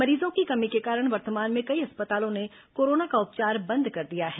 मरीजों की कमी के कारण वर्तमान में कई अस्पतालों ने कोरोना का उपचार बंद कर दिया है